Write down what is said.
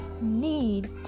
need